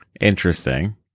interesting